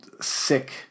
sick